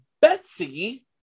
Betsy